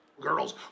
Girls